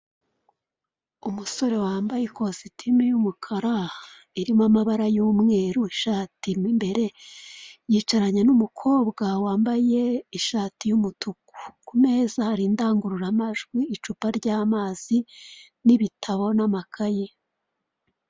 Umusore wambaye kositime y'umukara irimo amabara y'umweru, ishati mo imbere yicaranye n'umukobwa wambaye ishati y'umutuku. Ku meza hari indangurura majwi, icupa ry'amazi, n'ibitabo, n'amakaye.